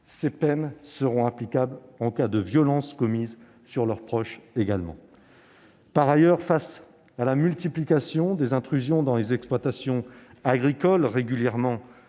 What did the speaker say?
Ces peines seront également applicables en cas de violences commises sur leurs proches. Par ailleurs, face à la multiplication des intrusions dans les exploitations agricoles, régulièrement